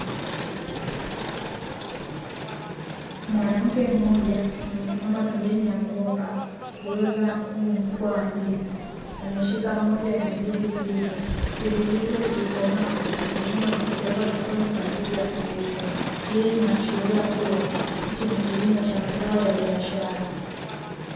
Mwanamke mmoja amesimama pembeni ya mgomba uliozaa mkungu mkubwa wa ndizi, ameshika moja ya ndizi hizo. Ndizi hizo zikikomaa huvunwa na kupelekwa sokoni kwa ajili ya kuuzwa. Hii inaashiria kuwa hiki ni kilimo cha mazao ya biashara.